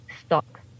stock